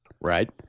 Right